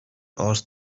asked